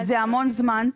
אבל זה המון זמן.